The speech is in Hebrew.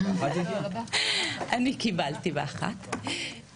אני קיבלתי ב-1:00,